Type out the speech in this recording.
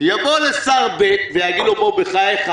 הוא יבוא לשר ב' ויגיד לו: בחייך,